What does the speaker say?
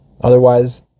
Otherwise